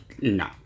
No